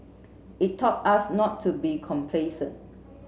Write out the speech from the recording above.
it taught us not to be complacent